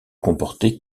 comporter